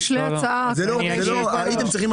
לקח לכם שנה?